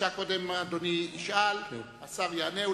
קודם אדוני ישאל והשר יענה,